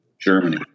Germany